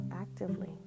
actively